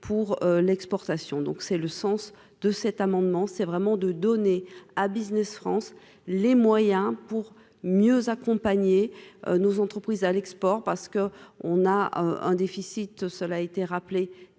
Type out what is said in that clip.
pour l'exportation, donc c'est le sens de cet amendement, c'est vraiment de donner à Business France les moyens pour mieux accompagner nos entreprises à l'export parce que on a un déficit, cela a été rappelé,